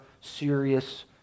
serious